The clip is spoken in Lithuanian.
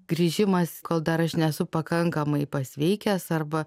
grįžimas kol dar aš nesu pakankamai pasveikęs arba